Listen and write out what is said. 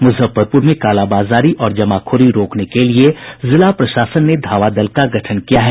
मुजफ्फरपूर में कालाबाजारी और जमाखोरी रोकने के लिए जिला प्रशासन ने धावा दल का गठन किया है